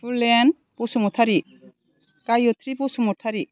Boolean Basumatary Gayatri Basumatary